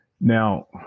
Now